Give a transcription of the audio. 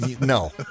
No